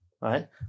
right